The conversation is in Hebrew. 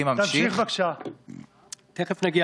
רם בן ברק, ואחריו,